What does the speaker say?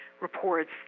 reports